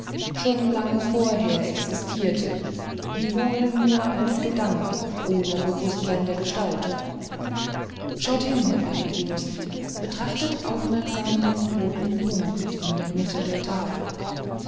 schon lange vorher existierte wiewohl nur als gedanke ohne bewußtsein der gestaltung schaut hin herr peregrinus betrachtet aufmerksam den roten punkt in der mitte der tafel